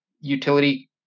utility